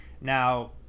Now